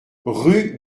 rue